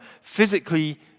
physically